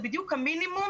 זה בדיוק המינימום,